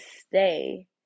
stay